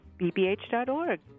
BBH.org